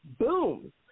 boom